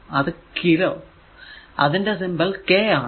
അത് കിലോ അതിന്റെ symbol k ആണ്